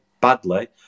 badly